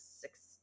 six